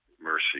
mercy